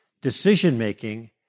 decision-making